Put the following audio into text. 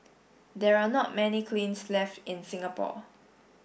there are not many kilns left in Singapore